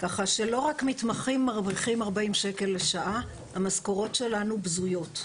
ככה שלא רק מתמחים מרוויחים 40 שקל לשעה המשכורות שלנו בזויות.